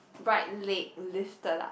right leg lifted up